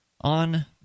on